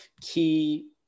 key